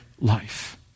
life